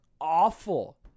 awful